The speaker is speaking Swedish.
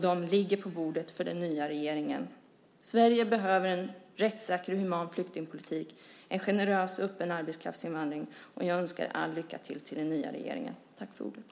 Dessa ligger på den nya regeringens bord. Sverige behöver en rättssäker och human flyktingpolitik och en generös och öppen arbetskraftsinvandring. Jag önskar den nya regeringen all lycka.